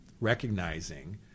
recognizing